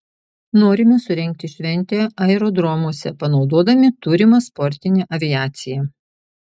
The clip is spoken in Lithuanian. norime surengti šventę aerodromuose panaudodami turimą sportinę aviaciją